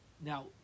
Now